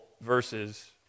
verses